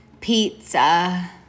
Pizza